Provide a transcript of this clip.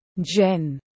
Jen